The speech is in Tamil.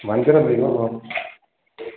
வஞ்சிர மீன்